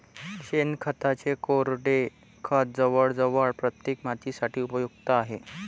शेणखताचे कोरडे खत जवळजवळ प्रत्येक मातीसाठी उपयुक्त आहे